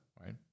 Right